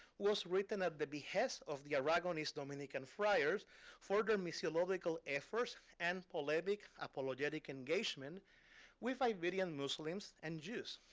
was written at the behest of the aragonist dominican friars for their missiological efforts and polemic apologetic engagement with iberian muslims and jews.